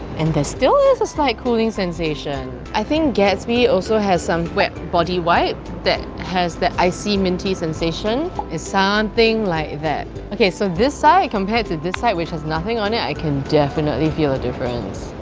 and there still has a slight cooling sensation. i think gatsby also has some wet body wipe that has the icy minty sensation something like that. okay so this side compared to this side which has nothing on it, i can definitely feel a difference.